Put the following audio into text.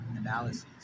analyses